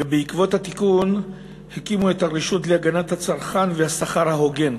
ובעקבות התיקון הקימו את הרשות להגנת הצרכן והסחר ההוגן.